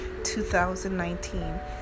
2019